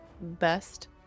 Best